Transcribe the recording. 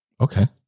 Okay